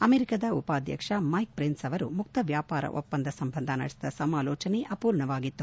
ಅಮೆರಿಕಾದ ಉಪಾಧ್ಯಕ್ಷ Mike Pence ಅವರು ಮುಕ್ತ ವ್ಯಾಪಾರ ಒಪ್ಪಂದ ಸಂಬಂಧ ನಡೆಸಿದ ಸಮಾಲೋಚನೆ ಅರ್ಪೂರ್ಣವಾಗಿತ್ತು